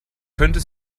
könnte